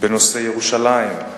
בנושא ירושלים,